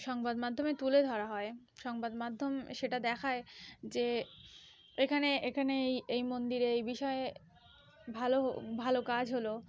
সংবাদ মাধ্যমে তুলে ধরা হয় সংবাদ মাধ্যম সেটা দেখায় যে এখানে এখানে এই এই মন্দিরে এই বিষয়ে ভালো হ ভালো কাজ হলো